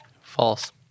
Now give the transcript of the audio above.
False